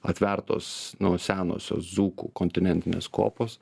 atvertos nu senosios dzūkų kontinentinės kopos